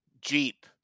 Jeep